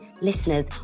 listeners